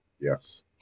Yes